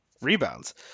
rebounds